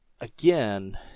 again